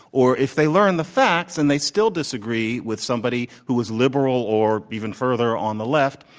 or if they learn the facts and they still disagree with somebody who is liberal or even further on the left,